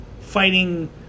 fighting